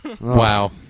Wow